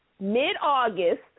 mid-August